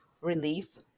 relief